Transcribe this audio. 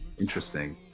Interesting